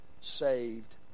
saved